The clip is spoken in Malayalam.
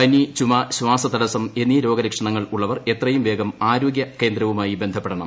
പനി ചുമ ശ്വാസതടസ്സം എന്നീ രോഗലക്ഷണങ്ങൾ ഉള്ളവർ എത്രയും വേഗം ആരോഗ്യ കേന്ദ്രവുമായി ബന്ധപ്പെടണം